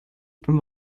from